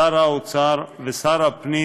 שר האוצר ושר הפנים